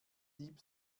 sieb